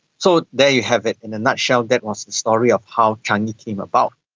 so there you have it in a nutshell, that was the story of how changi came about.